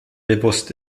bewusst